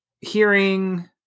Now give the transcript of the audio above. hearing